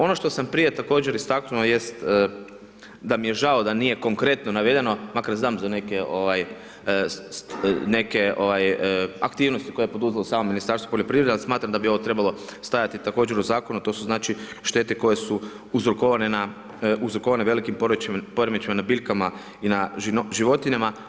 Ono što sam prije također istaknuo jest da mi je žao da nije konkretno navedeno, makar znam za neke aktivnosti koje je poduzelo samo Ministarstvo poljoprivrede, al smatram da bi ovo trebalo stajati također u Zakonu, to su, znači, štete koje su uzrokovane velikim poremećajima na biljkama i na životinjama.